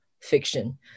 fiction